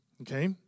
okay